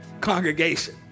congregation